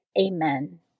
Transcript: Amen